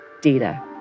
data